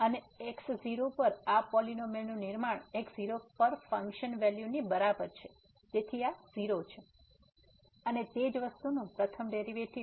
અને x0 પર આ પોલીનોમીઅલ નું નિર્માણ x0પર ફંક્શન વેલ્યુની બરાબર છે તેથી આ 0 છે અને તે જ વસ્તુનું પ્રથમ ડેરીવેટીવ